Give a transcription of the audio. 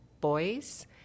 boys